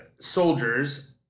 soldiers